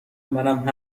منم